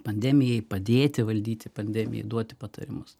pandemijai padėti valdyti pandemiją duoti patarimus